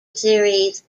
series